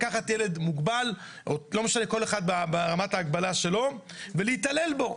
לקחת ילד מוגבל כל אחד ברמת המגבלה שלו ולהתעלל בו,